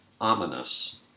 ominous